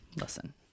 listen